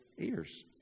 ears